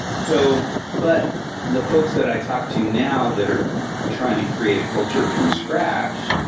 so but the folks that i talk to now that are trying to create a culture from scratch,